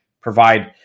provide